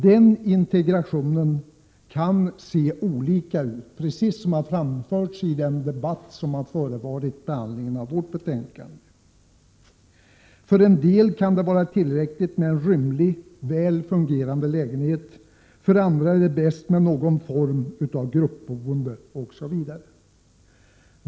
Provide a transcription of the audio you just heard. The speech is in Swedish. Denna integration kan se olika ut, precis som framfördes i den debatt som fördes här före behandlingen av detta betänkande. För en del kan det vara tillräckligt med en rymlig väl fungerande lägenhet. För andra är det bäst med någon form av gruppboende, osv.